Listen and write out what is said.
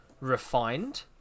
refined